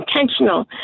intentional